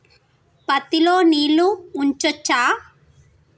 పత్తి లో నీళ్లు ఉంచచ్చా?